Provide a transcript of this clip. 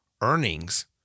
earnings